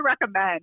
recommend